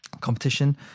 competition